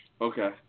Okay